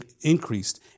increased